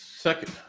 Second